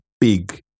big